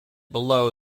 below